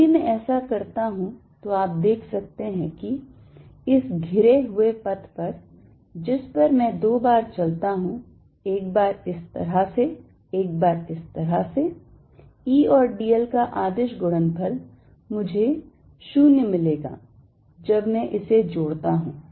यदि मैं ऐसा करता हूं तो आप देख सकते हैं कि इस घिरे हुए पथ पर जिस पर मैं दो बार चलता हूं एक बार इस तरह से एक बार इस तरह से E और dl का अदिश गुणनफल मुझे 0 मिलेगा जब मैं इसे जोड़ता हूं